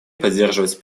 поддерживать